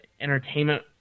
entertainment